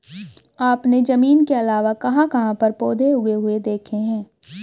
आपने जमीन के अलावा कहाँ कहाँ पर पौधे उगे हुए देखे हैं?